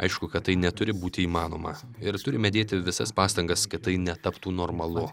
aišku kad tai neturi būti įmanoma ir turime dėti visas pastangas kad tai netaptų normalu